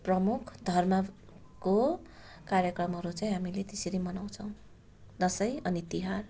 प्रमुख धर्मको कार्यक्रमहरू चाहिँ हामीले त्यसरी मनाउँछौँ दसैँ अनि तिहार